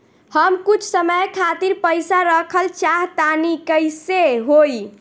हम कुछ समय खातिर पईसा रखल चाह तानि कइसे होई?